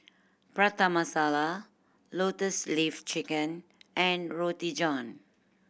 Prata Masala Lotus Leaf Chicken and Roti John